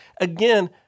again